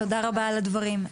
תודה רבה על הדברים.